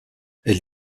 elle